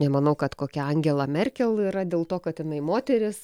nemanau kad kokia angela merkel yra dėl to kad jinai moteris